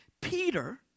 Peter